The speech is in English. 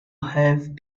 have